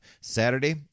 Saturday